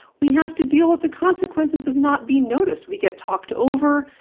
we have to deal with the consequences of not being noticed! we get talked over,